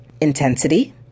intensity